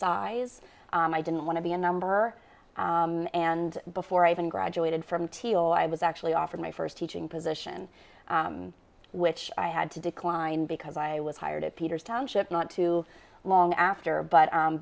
size i didn't want to be a number and before i even graduated from t o i was actually offered my first teaching position which i had to decline because i was hired at peter's township not too long after but